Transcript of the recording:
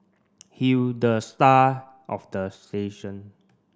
he'll the star of the